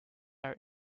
are